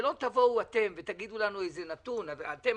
של תבואו אתם ותאמרו לנו איזה נתון - אתם,